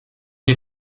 wir